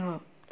हा